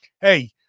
Hey